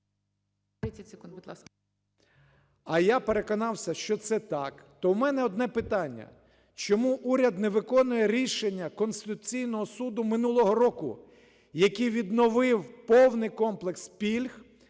А я переконався, що це так, то у мене одне питання: чому уряд не виконує рішення Конституційного Суду минулого року, який відновив повний комплекс пільг